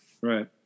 right